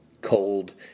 Cold